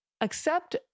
accept